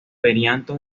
perianto